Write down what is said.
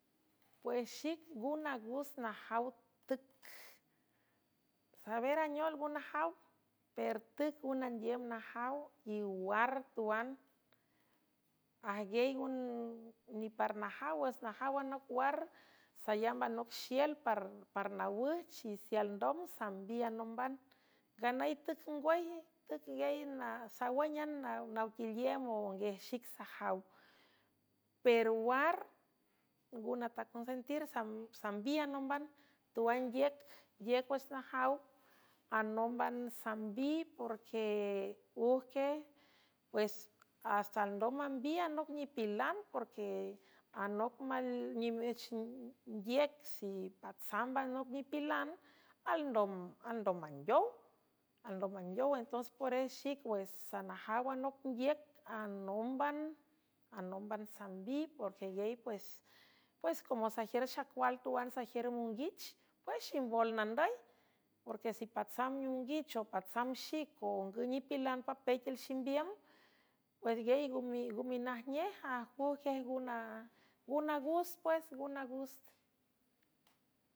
Pues xic guna gust njaw csaber aneol ngu najaw per tüc unandiüm najaw y war tuan ajnguiey niparnajaw wüs najaw anoc war salamb anoc xiel parnawüch y si alndom sambiy anómban nganüy tücngwüy tücgey sawǘnan nawtiliem o nguiej xic sajaw per war nguna taconcentir sambiy anómban tuandiüc diüc wüx najaw anómban sambi porque ujque pues asta alndom mambiy anoc nipilan porque anoc mnimüchndiüc si patsamb anoc nipilan alndalndmow alndom mangueow entonce porej xic wüx sanajaw anoc ndiüc nóban anómban sambiy porueiey pues como sajiür xacual tuan sajiür monguich puex ximvol nandüy porque si patsam onguich o patsam xic o ngüw nipilan papey tiül ximbiüm pues guey guminajnej ajcüjguiej n nguna gust pues nguna gust.